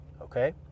Okay